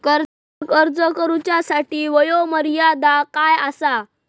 कर्जाक अर्ज करुच्यासाठी वयोमर्यादा काय आसा?